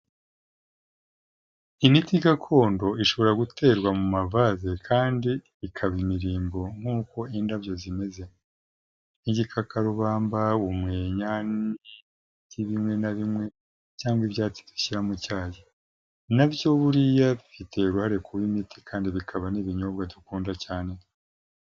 Imiti gakondo ishobora guterwa mu mavaze kandi ikaba imirimbo nkuko indabyo zimeze. Nk'igikakarubamba, umwenya n'ibiti bimwe na bimwe cyangwa ibyatsi dushyira mu cyayi. Nabyo buriya bifite uruhare ku imiti kandi bikaba n'ibinyobwa dukunda cyane.